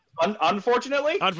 unfortunately